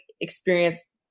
experience